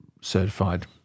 certified